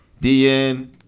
DN